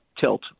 tilt